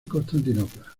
constantinopla